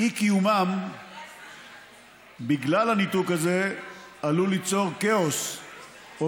אי-קיומם בגלל הניתוק הזה עלול ליצור כאוס או